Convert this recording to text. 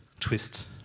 twist